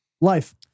life